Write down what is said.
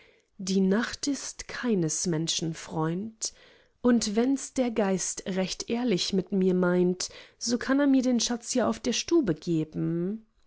die nacht ist keines menschen freund und wenns der geist recht ehrlich mit mir meint so kann er mir den schatz ja auf der stube geben